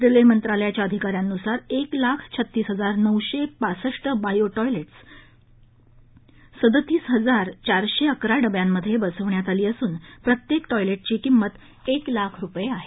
रेल्वेमंत्रालयाच्या अधिकाऱ्यांनुसार एक लाख छत्तीस हजार नऊशे पासष्ट बायो टॉयलेटस सदत्तीस हजार चारशे अकरा डब्यांमध्ये बसवण्यात आली असून प्रत्येक टॉयलेटची किमंत एक लाख रुपये आहे